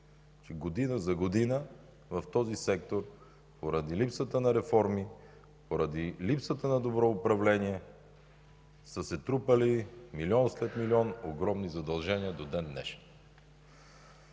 година за година в този сектор поради липсата на реформи, поради липсата на добро управление, са се трупали милион след милион огромни задължения до ден днешен.